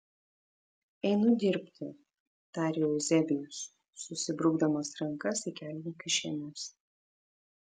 einu dirbti tarė euzebijus susibrukdamas rankas į kelnių kišenes